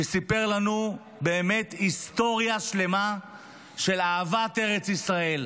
שסיפר לנו היסטוריה שלמה של אהבת ארץ ישראל,